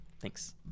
Thanks